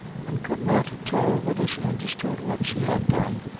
one could not tell whether she understood what she had done.